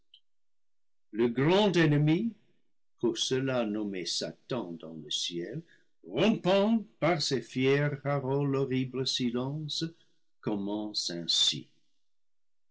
le grand ennemi pour cela nommé satan dans le ciel rompant par ces fières paroles l'horrible silence commence ainsi